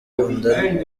gukundana